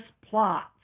plots